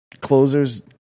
closers